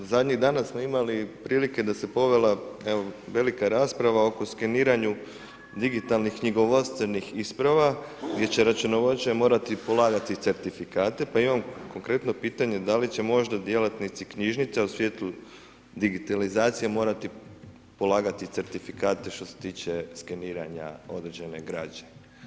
Zadnjih dana smo imali prilike da se povela, evo, velika rasprava oko skeniranju digitalnih knjigovodstvenih isprava gdje će računovođe morati polagati certifikate, pa imam konkretno pitanje, da li će možda djelatnici knjižnica u svjetlu digitalizacije morati polagati certifikate što se tiče skeniranja određene građe?